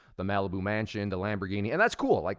the malibu mansion, the lamborghini, and that's cool. like